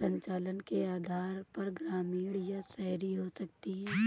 संचालन के आधार पर ग्रामीण या शहरी हो सकती हैं